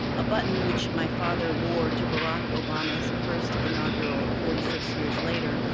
a button which my father wore to barack obama's first inaugural forty six years later.